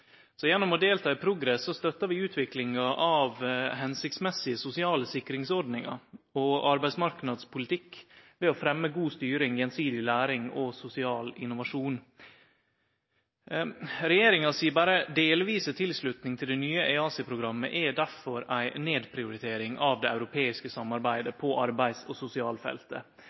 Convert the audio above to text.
Så gjennom å delta i PROGRESS støttar vi utviklinga av hensiktsmessige sosiale sikringsordningar og arbeidsmarknadspolitikk ved å fremje god styring, gjensidig læring og sosial innovasjon. Når regjeringa berre gjev delvis tilslutning til det nye EaSI-programmet, er det derfor ei nedprioritering av det europeiske samarbeidet på arbeids- og